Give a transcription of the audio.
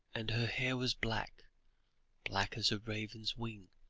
and her hair was black black as a raven's wing